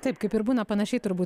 taip kaip ir būna panašiai turbūt